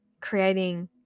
creating